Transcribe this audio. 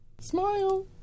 Smile